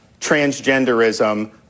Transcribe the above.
transgenderism